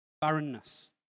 Barrenness